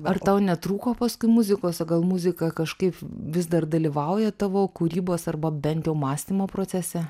ar tau netrūko paskui muzikos o gal muzika kažkaip vis dar dalyvauja tavo kūrybos arba bent jau mąstymo procese